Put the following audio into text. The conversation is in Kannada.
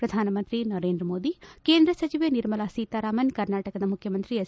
ಪ್ರಧಾನಮಂತ್ರಿ ನರೇಂದ್ರಮೋದಿ ಕೇಂದ್ರ ಸಚಿವೆ ನಿರ್ಮಲಾ ಸೀತಾರಾಮನ್ ಕರ್ನಾಟಕದ ಮುಖ್ಯಮಂತ್ರಿ ಎಚ್